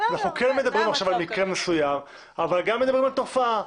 ואנחנו כן מדברים עכשיו על מקרה מסוים אבל גם מדברים על תופעה,